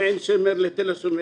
מעין שמר לתל השומר